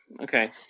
Okay